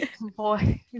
Boy